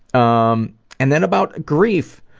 um and then about grief,